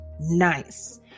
nice